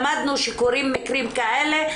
למדנו שקורים מקרים כאלה,